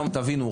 תבינו,